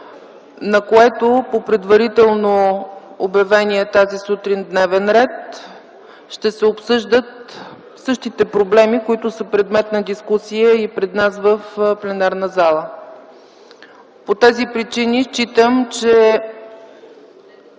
на което по предварително обявения тази сутрин дневен ред ще се обсъждат същите проблеми, които са предмет на дискусия и пред нас в пленарната зала. По тези причини считам, че